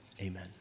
Amen